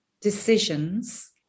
decisions